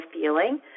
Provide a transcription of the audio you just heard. feeling